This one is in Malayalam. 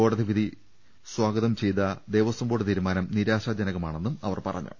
കോടതി വിധി സ്വാഗതം ചെയ്ത ദേവസ്വം ബോർഡ് തീരുമാനം നിരാശാജനകമാണെന്നും അവർ പറഞ്ഞു